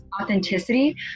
authenticity